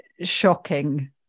shocking